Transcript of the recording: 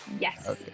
yes